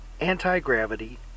Anti-Gravity